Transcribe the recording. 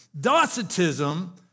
Docetism